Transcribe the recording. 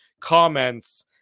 comments